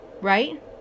Right